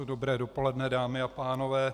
Dobré dopoledne, dámy a pánové.